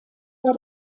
war